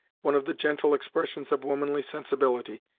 one of the gentle expressions of womanly sensibility,